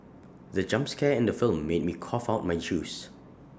the jump scare in the film made me cough out my juice